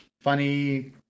funny